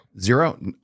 Zero